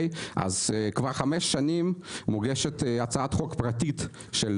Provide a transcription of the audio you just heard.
אז כבר חמש שנים מוגשת הצעת חוק פרטית של